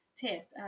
test